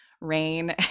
rain